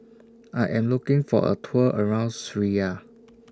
I Am looking For A Tour around Syria